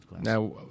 Now